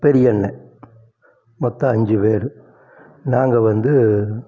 பெரிய அண்ணன் மொத்தம் அஞ்சு பேர் நாங்கள் வந்து